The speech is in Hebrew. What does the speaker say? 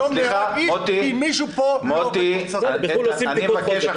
היום נהרגים כי מישהו פה לא --- בחו"ל עושים בדיקות חוזק,